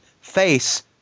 face